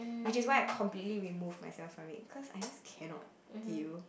which is why I completely remove myself from it because I just cannot deal